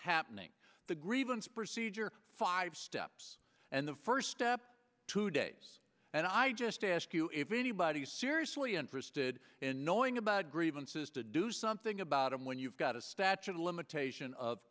happening the grievance procedure five steps and the first step two days and i just ask you if anybody's seriously interested in knowing about grievances to do something about him when you've got a statute of limitation of